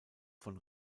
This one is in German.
von